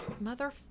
mother